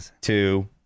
two